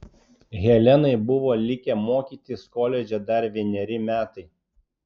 helenai buvo likę mokytis koledže dar vieneri metai